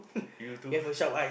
you too